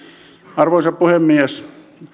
arvoisa puhemies